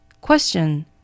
Question